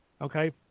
okay